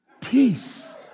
peace